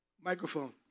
Microphone